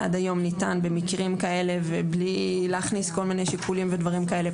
עד היום ניתן במקרים כאלה ובלי להכניס כל מיני שיקולים ודברים כאלה.